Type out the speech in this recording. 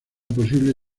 posible